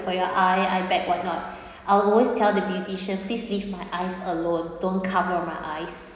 for your eye eye bag what not I'll always tell the beautician please leave my eyes alone don't cover my eyes